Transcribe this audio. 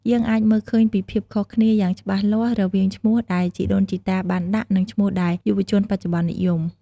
យើងអាចមើលឃើញពីភាពខុសគ្នាយ៉ាងច្បាស់លាស់រវាងឈ្មោះដែលជីដូនជីតាបានដាក់ និងឈ្មោះដែលយុវជនបច្ចុប្បន្ននិយម។